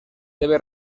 debe